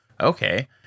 okay